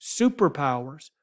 superpowers